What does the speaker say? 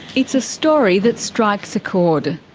it's a story that strikes a chord,